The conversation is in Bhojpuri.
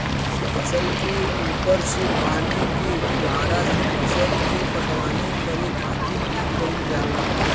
फसल के ऊपर से पानी के फुहारा से फसल के पटवनी करे खातिर भी कईल जाला